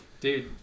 dude